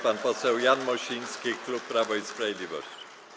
Pan poseł Jan Mosiński, klub Prawo i Sprawiedliwość.